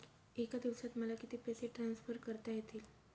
एका दिवसात मला किती पैसे ट्रान्सफर करता येतील?